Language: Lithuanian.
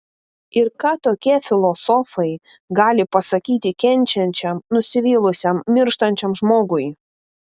ir ką tokie filosofai gali pasakyti kenčiančiam nusivylusiam mirštančiam žmogui